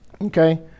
okay